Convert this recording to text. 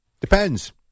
Depends